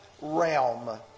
realm